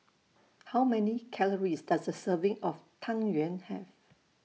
How Many Calories Does A Serving of Tang Yuen Have